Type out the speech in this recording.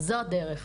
זו הדרך.